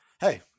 Hey